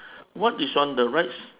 what is on the right si~